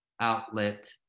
outlet